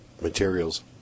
materials